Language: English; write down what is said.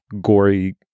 gory